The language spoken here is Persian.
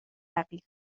رقیق